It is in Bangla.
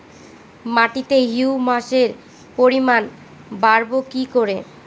মাটিতে হিউমাসের পরিমাণ বারবো কি করে?